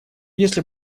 если